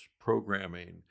programming